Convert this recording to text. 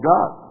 God